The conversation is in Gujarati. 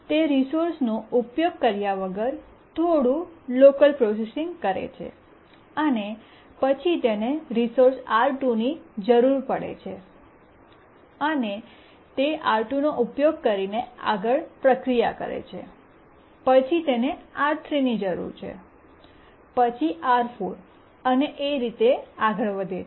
તે રિસોર્સનો ઉપયોગ કર્યા વગર થોડું લોકલ પ્રોસેસીંગ કરે છે અને પછી તેને રિસોર્સ R2 ની જરૂર પડે છે અને તે R2 નો ઉપયોગ કરીને આગળ પ્રક્રિયા કરે છે પછી તેને R3 ની જરૂર છે પછી R4 અને તે આગળ વધે છે